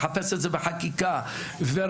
לחפש את זה בחקיקה ורבותיי,